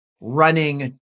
running